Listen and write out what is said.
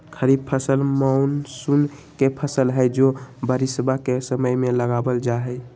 खरीफ फसल मॉनसून के फसल हई जो बारिशवा के समय में लगावल जाहई